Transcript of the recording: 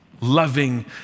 Loving